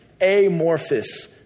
amorphous